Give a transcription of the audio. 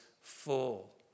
full